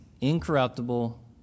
incorruptible